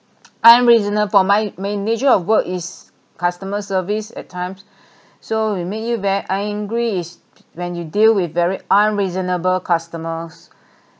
unreasonable my my nature of work is customer service at times so it make you very angry is when you deal with very unreasonable customers